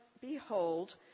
behold